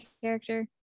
character